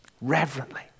Reverently